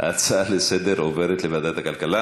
ההצעות לסדר-היום עוברות לוועדת הכלכלה.